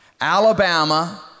Alabama